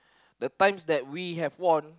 the times that we have won